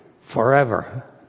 Forever